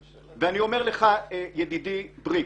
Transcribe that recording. אני אומר לך ידידי בריק,